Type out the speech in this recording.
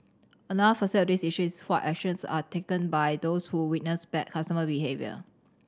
another facet of this issue is what actions are taken by those who witness bad customer behaviour